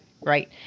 right